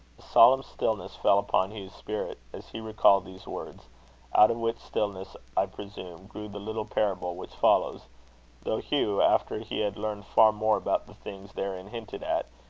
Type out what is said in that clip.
solemn stillness fell upon hugh's spirit, as he recalled these words out of which stillness, i presume, grew the little parable which follows though hugh, after he had learned far more about the things therein hinted at,